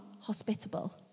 hospitable